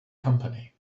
company